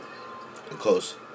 Close